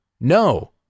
No